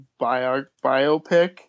biopic